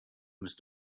must